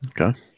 Okay